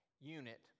unit